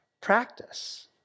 practice